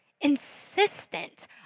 insistent